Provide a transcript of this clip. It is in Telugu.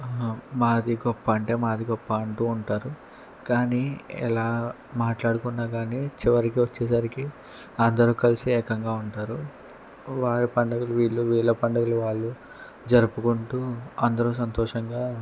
మాది గొప్ప అంటే మాది గొప్ప అంటూ ఉంటారు కానీ ఎలా మాట్లాడుకున్నా కాని చివరికి వచ్చేసరికి అందరూ కలిసి ఏకంగా ఉంటారు వారి పండుగలు వీళ్ళు వీళ్ళ పండుగలు వాళ్ళు జరుపుకుంటూ అందరూ సంతోషంగా